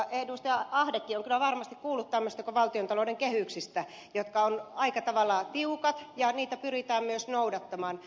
ahdekin on kyllä varmasti kuullut tämmöisistä kuin valtiontalouden kehyksistä jotka ovat aika tavalla tiukat ja niitä pyritään myös noudattamaan